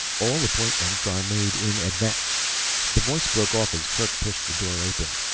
all appointments are made in advan the voice broke off as kerk pushed the door open.